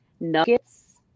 Nuggets